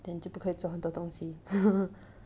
then 你就不可以做很多东西